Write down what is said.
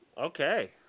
Okay